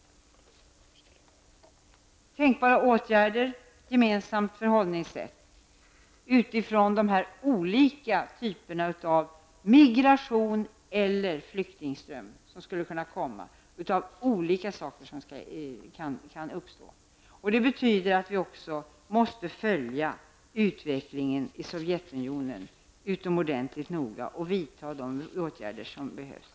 Det gäller tänkbara åtgärder och ett gemensamt förhållningssätt med tanke på de olika typer av migration eller flyktingströmmar som skulle kunna uppstå. Det betyder att vi också måste följa utvecklingen i Sovjetunionen utomordentligt noga och att vi måste vidta erforderliga åtgärder.